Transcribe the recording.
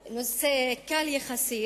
כאן נושא קל יחסית,